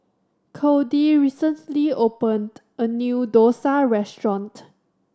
Kody recently opened a new dosa restaurant